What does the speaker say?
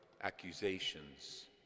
accusations